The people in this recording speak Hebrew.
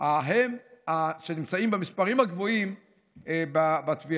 הם שנמצאים במספרים הגבוהים בטביעה.